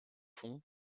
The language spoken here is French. fond